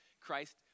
Christ